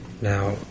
Now